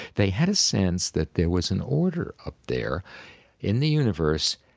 they had a sense that there was an order up there in the universe,